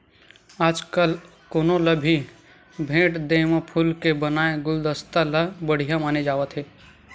आजकाल कोनो ल भी भेट देय म फूल के बनाए गुलदस्ता ल बड़िहा माने जावत हे